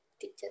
teacher